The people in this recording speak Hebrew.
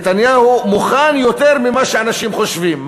נתניהו מוכן יותר ממה שאנשים חושבים.